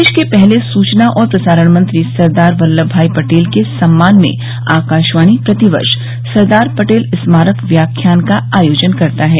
देश के पहले सूचना और प्रसारण मंत्री सरदार वल्लभ भाई पटेल के सम्मान में आकाशवाणी प्रति वर्ष सरदार पटेल स्मारक व्याख्यान का आयोजन करता है